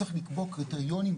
צריך לקבוע קריטריונים,